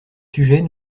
sujets